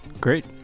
Great